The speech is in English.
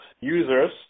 users